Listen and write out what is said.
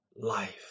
life